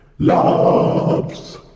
loves